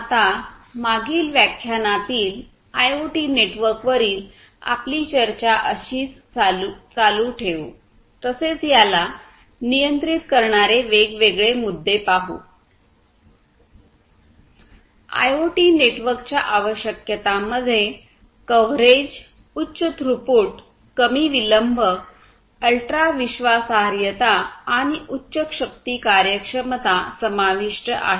IoT नेटवर्कच्या आवश्यकतांमध्ये coverage उच्च थ्रूपुट कमी विलंब अल्ट्रा विश्वासार्हता आणि उच्च शक्ती कार्यक्षमता समाविष्ट आहे